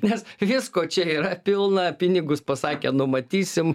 nes visko čia yra pilna pinigus pasakė numatysim